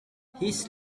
his